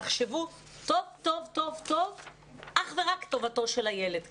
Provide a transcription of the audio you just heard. תחשבו טוב-טוב אך ורק על טובתו של הילד כאן.